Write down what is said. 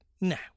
Now